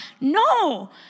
No